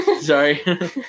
Sorry